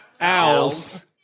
Owls